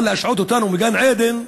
אבל להשעות אותנו מגן-עדן?